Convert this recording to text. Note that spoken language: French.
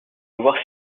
voir